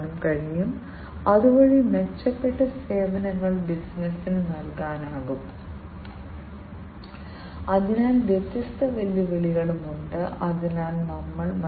ഇപ്പോൾ നമ്മൾ ഒരേ സമയം സെൻസിംഗിനെക്കുറിച്ച് സംസാരിക്കുമ്പോൾ ആക്ച്വേഷനെക്കുറിച്ചും സംസാരിക്കേണ്ടതുണ്ട്